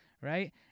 right